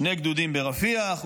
שני גדודים ברפיח,